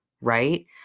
right